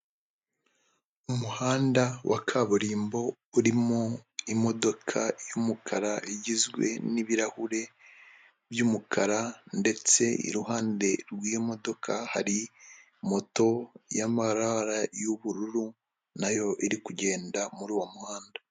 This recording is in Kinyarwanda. Umuhanda wa kaburimbo urimo imodoka y'umukara igizwe n'ibirahure by'umukara ndetse iruhande rw'iyo modoka hari moto y'amabara y'ubururu, na yo iri kugenda muri uwo muhanda.